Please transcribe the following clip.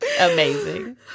Amazing